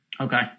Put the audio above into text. Okay